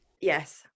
Yes